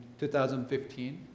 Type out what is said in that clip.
2015